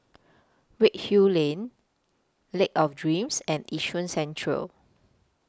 Redhill Lane Lake of Dreams and Yishun Central